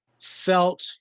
felt